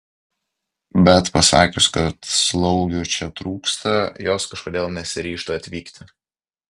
bet pasakius kad slaugių čia trūksta jos kažkodėl nesiryžta atvykti